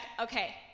okay